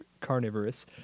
carnivorous